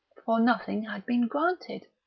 for nothing had been granted.